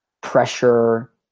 pressure